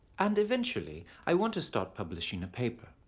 and eventually i want to start publishing a paper,